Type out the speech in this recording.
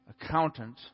accountant